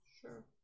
Sure